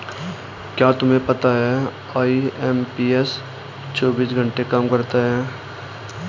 क्या तुम्हें पता है आई.एम.पी.एस चौबीस घंटे काम करता है